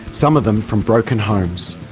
some of them from broken homes.